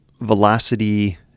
velocity